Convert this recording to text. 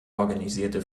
organisierte